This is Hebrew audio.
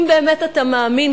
אם באמת אתה מאמין,